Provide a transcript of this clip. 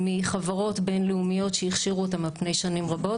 מחברות בין-לאומיות שהכשירו אותם על פני שנים רבות.